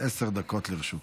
עשר דקות לרשותך.